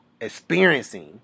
experiencing